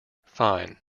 fine